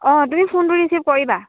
অঁ তুমি ফোনটো ৰিচিভ কৰিবা